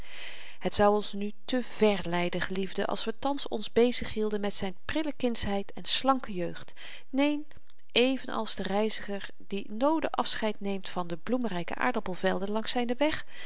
het zou ons nu te vèr leiden geliefden als we thans ons bezighielden met zyn prille kindschheid en slanke jeugd neen even als de reiziger die noode afscheid neemt van de bloemryke aardappelvelden langs zynen weg